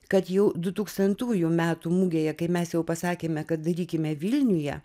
kad jau du tūkstantųjų metų mugėje kaip mes jau pasakėme kad darykime vilniuje